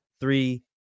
three